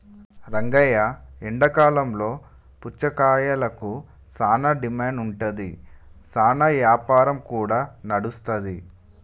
రంగయ్య ఎండాకాలంలో పుచ్చకాయలకు సానా డిమాండ్ ఉంటాది, సానా యాపారం కూడా నడుస్తాది